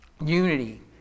unity